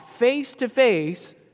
face-to-face